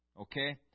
Okay